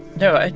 no, ah